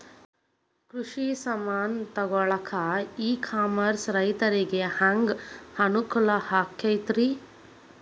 ಕೃಷಿ ಸಾಮಾನ್ ತಗೊಳಕ್ಕ ಇ ಕಾಮರ್ಸ್ ರೈತರಿಗೆ ಹ್ಯಾಂಗ್ ಅನುಕೂಲ ಆಕ್ಕೈತ್ರಿ?